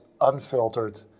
unfiltered